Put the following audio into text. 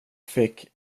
fick